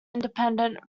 independent